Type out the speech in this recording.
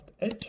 edge